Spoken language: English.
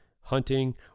hunting